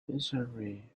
masonry